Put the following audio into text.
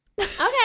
Okay